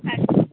ആ ശരി